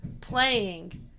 playing